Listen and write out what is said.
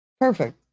Perfect